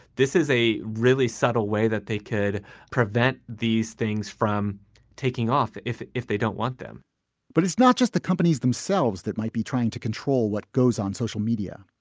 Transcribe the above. this is a really subtle way that they could prevent these things from taking off if if they don't want them but it's not just the companies themselves that might be trying to control what goes on social media.